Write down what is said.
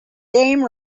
dame